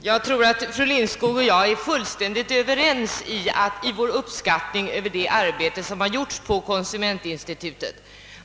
Herr talman! Jag tror fru Lindskog och jag är fullständigt överens i vår uppskattning av det arbete som utförts av konsumentinstitutet.